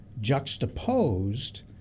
juxtaposed